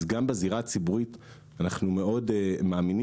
גם בזירה הציבורית אנחנו מאוד מאמינים